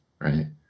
right